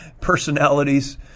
personalities